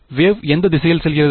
wave எந்த திசையில் செல்கிறது